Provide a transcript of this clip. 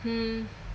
mm